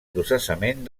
processament